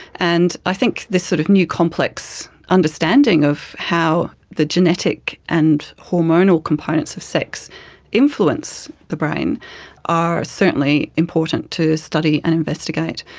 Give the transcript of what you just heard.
and i think this sort of new complex understanding of how the genetic and hormonal components of sex influence the brain are certainly important to study and investigate.